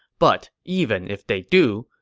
but even if they do,